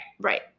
Right